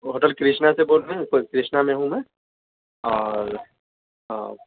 hotel Krishna سے بول رہے ہیں ہوٹل کرشنا میں ہوں نہ آپ